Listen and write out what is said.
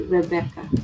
Rebecca